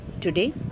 today